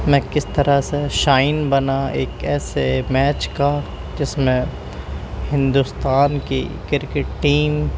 میں کس طرح سے شائن بنا ایک ایسے میچ کا جس میں ہندوستان کی کرکٹ ٹیم